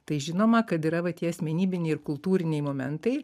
tai žinoma kad yra va tie asmenybiniai ir kultūriniai momentai